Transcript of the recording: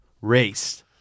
raced